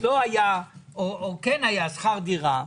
לא היה שכר דירה.